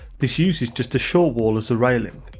this uses just a short wall as the railing.